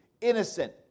innocent